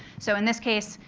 so in this case,